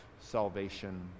salvation